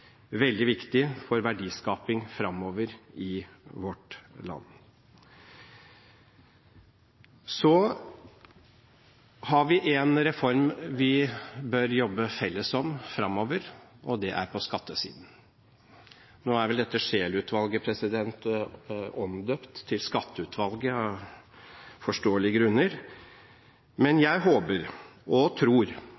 veldig viktig for verdiskaping fremover i vårt land. Så har vi en reform vi bør jobbe i fellesskap om fremover, og det er på skattesiden. Nå er vel dette Scheel-utvalget omdøpt til Skatteutvalget, av forståelige grunner. Men jeg håper og tror